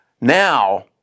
Now